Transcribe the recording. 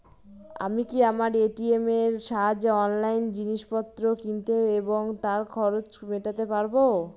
আমি কি আমার এ.টি.এম এর সাহায্যে অনলাইন জিনিসপত্র কিনতে এবং তার খরচ মেটাতে পারব?